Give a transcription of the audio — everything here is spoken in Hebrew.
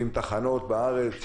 70 תחנות בארץ,